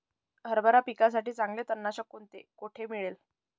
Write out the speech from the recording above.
हरभरा पिकासाठी चांगले तणनाशक कोणते, कोठे मिळेल?